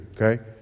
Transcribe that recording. okay